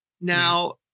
Now